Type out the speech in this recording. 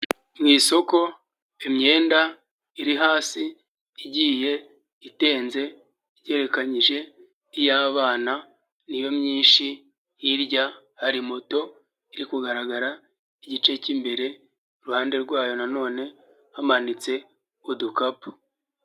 Mu isoko imyenda iri hasi igiye itenze igerekanyije iy'abana ni yo myinshi, hirya hari moto iri kugaragara n'igice k'imbere, iruhande rwayo nanone hamanitse udukapu.